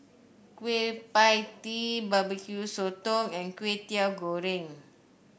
Kueh Pie Tee Barbecue Sotong and Kwetiau Goreng